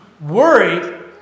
Worry